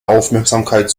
aufmerksamkeit